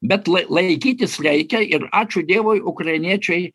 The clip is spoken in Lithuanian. bet lai laikytis reikia ir ačiū dievui ukrainiečiai